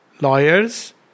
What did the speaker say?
lawyers